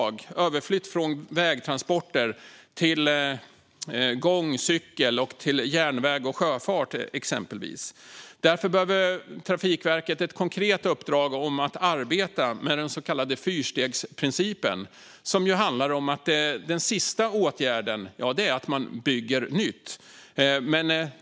Det handlar om överflytt från vägtransporter till exempelvis gång, cykel, järnväg och sjöfart. Därför behöver Trafikverket ett konkret uppdrag att arbeta med den så kallade fyrstegsprincipen, som handlar om att den sista åtgärden är att man bygger nytt.